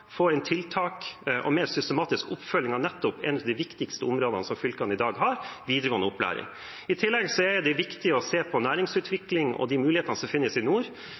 få inn tiltak og få en mer systematisk oppfølging på ett av de viktigste områdene i fylkene i dag, nemlig videregående opplæring. I tillegg er det viktig å se på næringsutvikling og de mulighetene som finnes i nord.